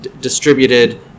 distributed